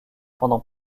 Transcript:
pendant